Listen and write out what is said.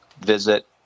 visit